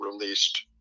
released